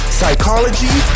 psychology